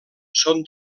són